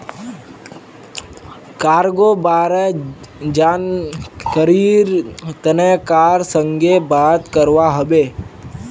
cargo बारे जानकरीर तने कार संगे बात करवा हबे